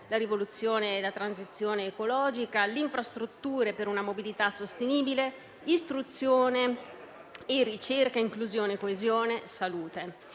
rivoluzione verde e transizione ecologica, infrastrutture per una mobilità sostenibile, istruzione e ricerca, inclusione e coesione, salute.